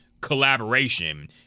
collaboration